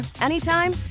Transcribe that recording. anytime